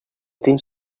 think